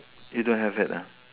you don't have it ah